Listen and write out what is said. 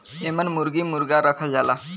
एमन मुरगी मुरगा रखल जाला